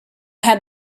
had